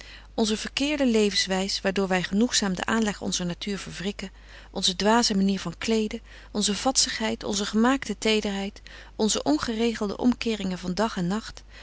onze verkeerde levenswys waardoor wy genoegzaam den aanleg onzer natuur verwrikken onze dwaze manier van kleden onze vadzigheid onze gemaakte tederheid onze ongeregelde omkeringen van dag en nagt